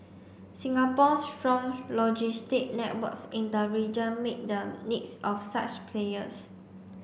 Singapore's strong logistic networks in the region meet the needs of such players